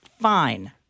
fine